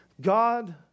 God